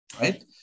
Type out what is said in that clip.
right